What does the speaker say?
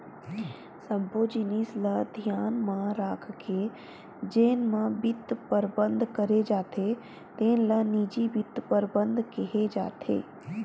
सब्बो जिनिस ल धियान म राखके जेन म बित्त परबंध करे जाथे तेन ल निजी बित्त परबंध केहे जाथे